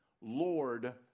Lord